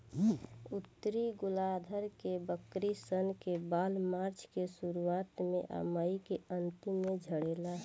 उत्तरी गोलार्ध के बकरी सन के बाल मार्च के शुरुआत में आ मई के अन्तिम में झड़ेला